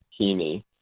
Heaney